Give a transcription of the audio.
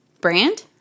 Brand